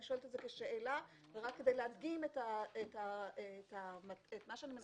אני שואלת את זה כשאלה ורק כדי להדגים את מה שאני מדברת עליו.